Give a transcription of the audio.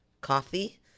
Coffee